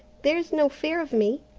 there's no fear of me.